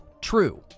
true